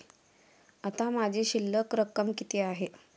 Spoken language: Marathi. आता माझी शिल्लक रक्कम किती आहे?